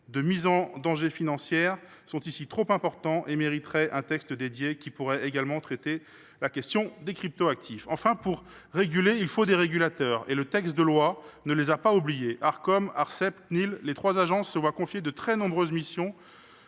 de mise en danger financière, sont trop importants et mériteraient un texte dédié, qui pourrait également traiter la question des cryptoactifs. Enfin, pour réguler, il faut des régulateurs. Le texte de loi ne les a pas oubliés. Arcom, Arcep, Cnil : les trois agences se voient confier de très nombreuses missions